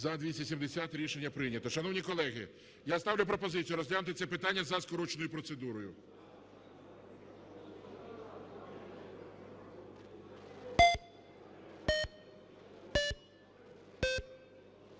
За-270 Рішення прийнято. Шановні колеги, я ставлю пропозицію розглянути це питання за скороченою процедурою.